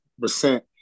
percent